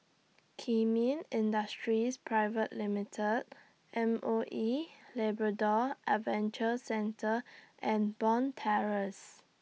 Kemin Industries Private Limited M O E Labrador Adventure Centre and Bond Terrace